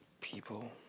people